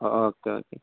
okay okay